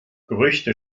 gerüchte